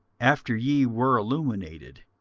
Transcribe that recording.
after ye were illuminated,